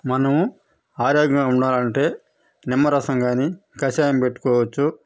మనము ఆరోగ్యంగా ఉండాలంటే నిమ్మరసం గాని కషాయం పెట్టుకోవచ్చు